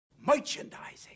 Merchandising